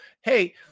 Hey